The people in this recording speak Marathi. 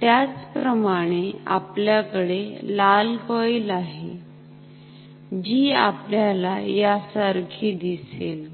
त्याचप्रमाणे आपल्याकडे लाल कॉईल आहे जी आपाल्याला यासारखी दिसेल